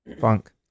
Funk